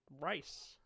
rice